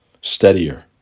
steadier